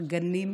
בגנים,